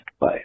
Bye